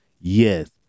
yes